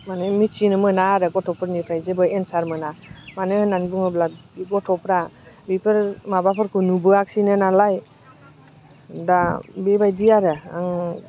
माने मिथिनो मोना आरो गथ'फोरनिफ्राय जेबो एनसार मोना मानो होननानै बुङोब्ला गथ'फ्रा बेफोर माबाफोरखौ नुबोवासैनो नालाय दा बेबादि आरो